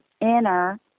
enter